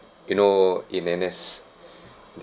you know in N_S